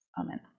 Amen